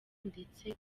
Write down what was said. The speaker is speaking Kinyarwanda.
ndetse